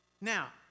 Now